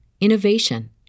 innovation